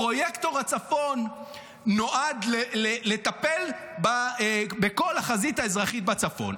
פרויקטור הצפון נועד לטפל בכל החזית האזרחית בצפון.